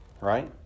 Right